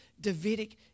Davidic